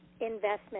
investment